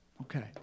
Okay